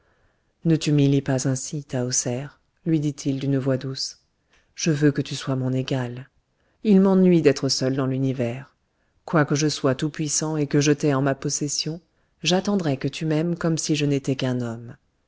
ne t'humilie pas ainsi tahoser lui dit-il d'une voix douce je veux que tu sois mon égale il m'ennuie d'être seul dans l'univers quoique je sois tout-puissant et que je t'aie en ma possession j'attendrai que tu m'aimes comme si je n'étais qu'un homme